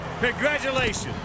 Congratulations